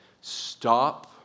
stop